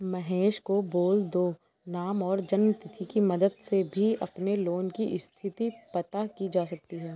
महेश को बोल दो नाम और जन्म तिथि की मदद से भी अपने लोन की स्थति पता की जा सकती है